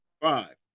five